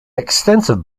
extensive